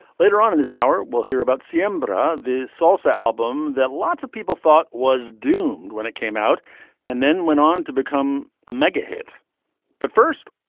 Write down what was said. later on in this hour we'll hear about sambora the salsa album that lots of people thought was doomed when it came out and then went on to become a mega hit but first